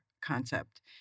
concept